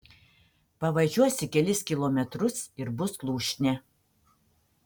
pavažiuosi kelis kilometrus ir bus lūšnė